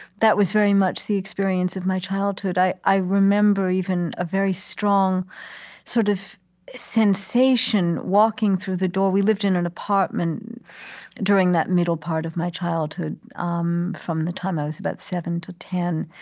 that was very much the experience of my childhood. i i remember, even, a very strong sort of sensation, walking through the door. we lived in an apartment during that middle part of my childhood, um from the time i was about seven to ten.